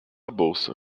bolsa